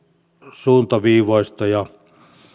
suuntaviivoista